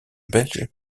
belge